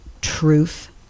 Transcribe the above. truth